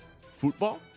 football